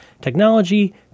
technology